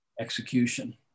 execution